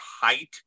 height